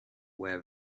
aware